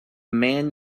man